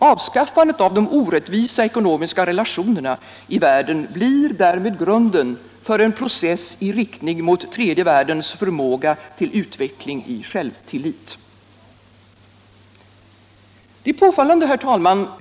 Avskaffandet av de orättvisa ekonomiska relationerna i världen blir därmed grunden för en process i riktning mot tredje världens förmåga till utveckling i självtillit. Det är påfallande, herr talman.